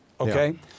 Okay